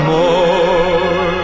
more